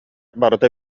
барыта